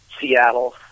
Seattle